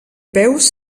peus